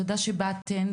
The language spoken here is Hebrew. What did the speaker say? תודה שבאתם,